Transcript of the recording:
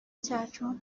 cyacu